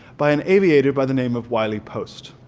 by an aviator by the name of wiley post.